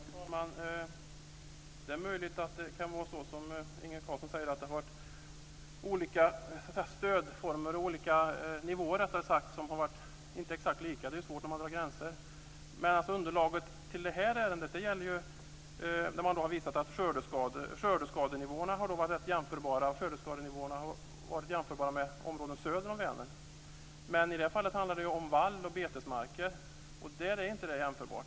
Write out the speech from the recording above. Herr talman! Det är möjligt att det kan vara så som Inge Carlsson säger, att det har varit olika stödformer, eller olika nivåer rättare sagt, som inte har varit exakt lika. Det är ju svårt när man drar gränser. Men underlaget i det här ärendet gäller ju att skördeskadenivåerna har varit rätt jämförbara med områden söder om Vänern. I det här fallet handlar det dock om vall och betesmarker, och där är det inte jämförbart.